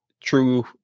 true